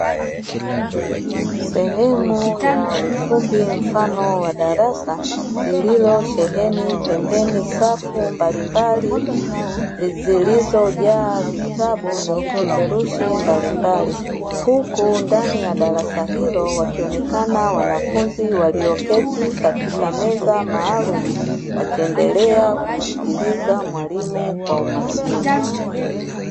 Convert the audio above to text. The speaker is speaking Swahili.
Sehemu ya ukumbi mfano wa darasa, lililosheheni pembeni safu mbalimbali zilizojaa vitabu na vipeperushi mbalimbali. Huku ndani ya darasa hilo wakionekana wanafunzi walioketi katika meza maalumu, wakiendelea kumsikiliza mwalimu kwa umakini.